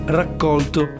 raccolto